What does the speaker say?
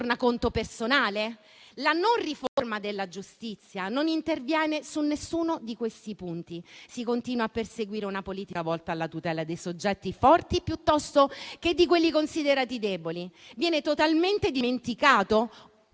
tornaconto personale? La non riforma della giustizia non interviene su nessuno di questi punti. Si continua a perseguire una politica volta alla tutela dei soggetti forti piuttosto che di quelli considerati deboli. Viene totalmente dimenticato